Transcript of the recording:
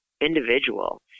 individual